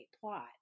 plot